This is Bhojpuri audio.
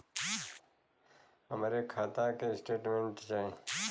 हमरे खाता के स्टेटमेंट चाही?